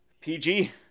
pg